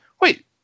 Wait